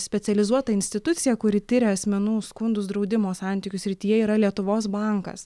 specializuota institucija kuri tiria asmenų skundus draudimo santykių srityje yra lietuvos bankas